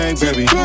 baby